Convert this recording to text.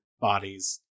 bodies